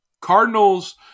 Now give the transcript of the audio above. Cardinals